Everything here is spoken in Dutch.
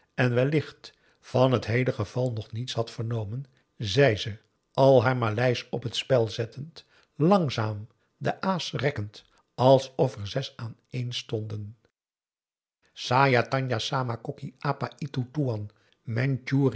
en wellicht van het heele geval nog niets had vernomen zei ze al haar maleisch op het spel zettend langzaam en de a's rekkend alsof er zes aaneenstonden s a